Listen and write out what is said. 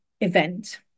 event